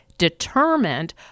determined